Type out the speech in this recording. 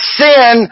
sin